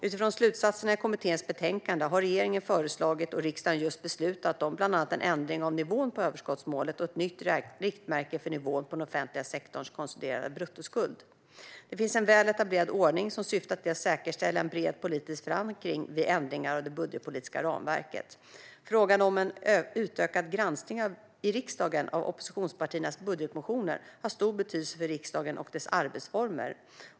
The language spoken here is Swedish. Utifrån slutsatserna i kommitténs betänkande har regeringen föreslagit, och riksdagen just beslutat om, bland annat en ändring av nivån på överskottsmålet och ett nytt riktmärke för nivån på den offentliga sektorns konsoliderade bruttoskuld. Det finns en väl etablerad ordning som syftar till att säkerställa en bred politisk förankring vid ändringar av det budgetpolitiska ramverket. Frågan om en utökad granskning i riksdagen av oppositionspartiernas budgetmotioner har stor betydelse för riksdagen och dess arbetsformer.